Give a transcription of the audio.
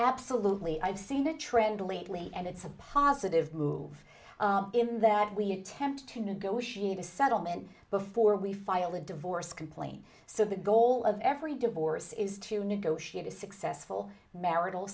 absolutely i've seen a trend lately and it's a positive move in that we attempt to negotiate a settlement before we file a divorce complaint so the goal of every divorce is to negotiate a successful marital